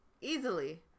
Easily